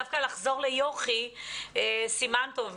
דווקא לחזור ליוכי סימן טוב,